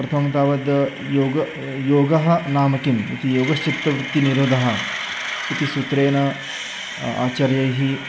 प्रथमं तावद् योगः योगः नाम किम् इति योगश्चित्तवृत्तिनिरोधः इति सुत्रेण आचार्यैः